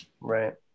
right